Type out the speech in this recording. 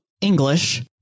English